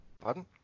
Pardon